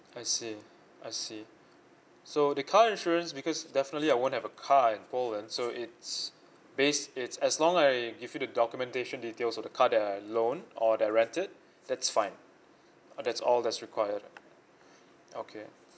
I see I see so the car insurance because definitely I won't have a car in poland so it's based it's as long I give you the documentation details of the car that I loan or that I rented that's fine uh that's all that's required okay